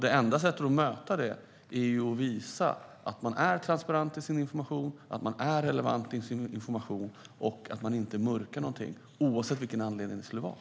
Det enda sättet att bemöta detta är ju att visa att man är transparent och relevant i sin information och att man inte mörkar någonting, oavsett av vilken anledning det skulle vara.